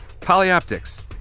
PolyOptics